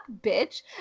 bitch